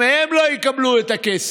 חבר הכנסת כהן, 105 156